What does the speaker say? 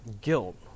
guilt